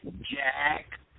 Jack